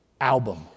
album